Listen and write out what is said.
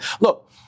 Look